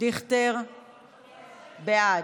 דיכטר, בעד.